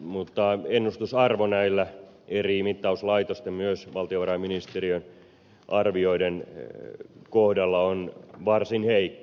mutta ennustusarvo näiden eri mittauslaitosten myös valtiovarainministeriön arvioiden kohdalla on varsin heikko